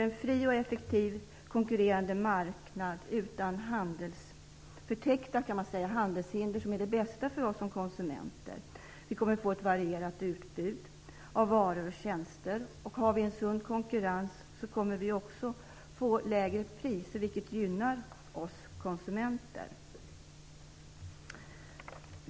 En fri och effektiv, konkurrerande marknad utan förtäckta handelshinder är ju det bästa för oss som konsumenter. Vi kommer att få ett varierat utbud av varor och tjänster, och har vi en sund konkurrens kommer vi också att få lägre priser, vilket gynnar oss konsumenter.